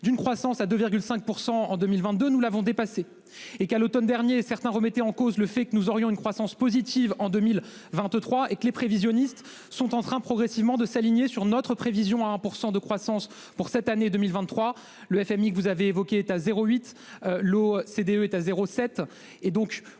d'une croissance à 2,5% en 2022, nous l'avons dépassé et qu'à l'Automne dernier certains remettait en cause le fait que nous aurions une croissance positive en 2023 et que les prévisionnistes sont en train progressivement de s'aligner sur notre prévision à 1% de croissance pour cette année 2023, le FMI que vous avez à 08. L'OCDE est à 0 7